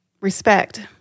Respect